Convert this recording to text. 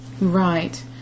Right